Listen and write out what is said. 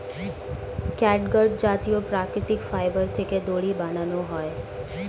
catgut জাতীয় প্রাকৃতিক fibre থেকে দড়ি বানানো হয়